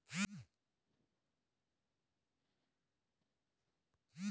ఎలాంటి క్రయ విక్రయాలను జరపాలన్నా డబ్బు అనేది తప్పనిసరి